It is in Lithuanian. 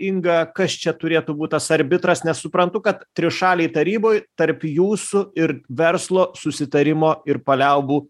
inga kas čia turėtų būt tas arbitras nes suprantu kad trišalėj taryboj tarp jūsų ir verslo susitarimo ir paliaubų